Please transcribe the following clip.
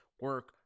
Work